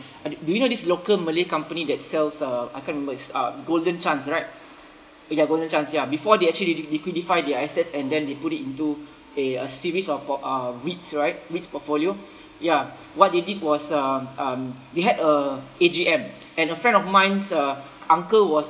do you know this local malay company that sells uh I can't remember it's uh golden chance right ya golden chance ya before they actually liqui~ liquidify their assets and then they put it into a a series of po~ uh wheats right wheats portfolio ya what they did was um um they had a A_G_M and a friend of mine's uh uncle was